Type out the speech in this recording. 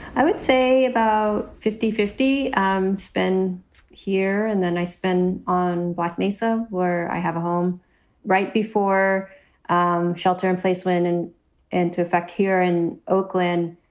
i would say about fifty fifty um spin here. and then i spend on black mesa, where i have a home right before um shelter in place when and and into effect here in oakland.